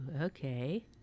okay